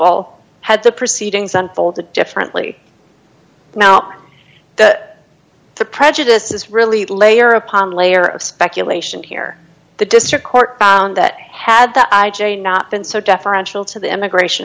all had the proceedings unfolded differently now that the prejudice is really layer upon layer of speculation here the district court found that had the i j not been so deferential to the immigration